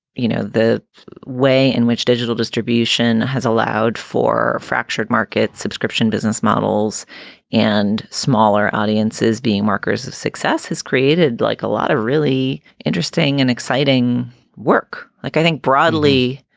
you know, the way in which digital distribution has allowed for a fractured market, subscription business models and smaller audiences being markers of success has created like a lot of really interesting and exciting work. like i think broadly,